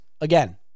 again